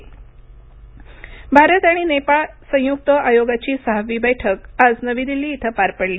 भारत नेपाळ भारत आणि नेपाळ संयुक्त आयोगाची सहावी बैठक आज नवी दिल्ली इथं पार पडली